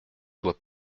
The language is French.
doit